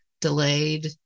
delayed